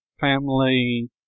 family